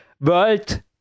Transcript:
world